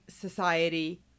Society